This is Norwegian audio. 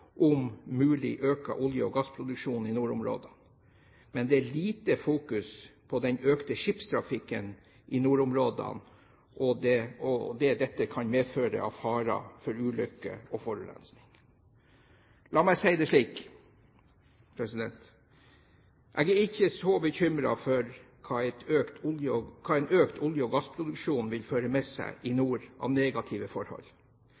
om mulig økt olje- og gassproduksjon i nordområdene, men det er lite fokus på den økte skipstrafikken i nordområdene og det dette kan medføre av fare for ulykker og forurensning. La meg si det slik: Jeg er ikke så bekymret for hva en økt olje- og gassproduksjon vil føre med seg i nord av negative forhold,